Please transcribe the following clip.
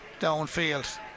downfield